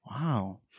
Wow